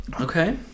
Okay